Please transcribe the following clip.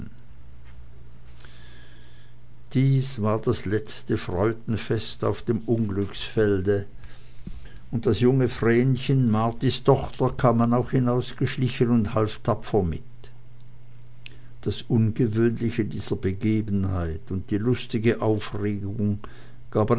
dies war das letzte freudenfest auf dem unglücksfelde und das junge vrenchen martis tochter kam auch hinausgeschlichen und half tapfer mit das ungewöhnliche dieser begebenheit und die lustige aufregung gaben